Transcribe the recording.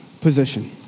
position